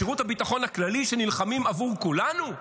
שירות הביטחון הכללי, שנלחם בעבור כולנו?